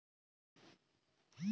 খুরপি কি কোন কাজে ব্যবহার করা হয়?